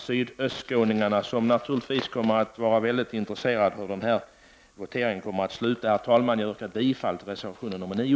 Sydostskåningarna kommer naturligtvis att vara väldigt intresserade av att se hur den kommande voteringen slår ut. Herr talman! Jag yrkar bifall till reservation 9.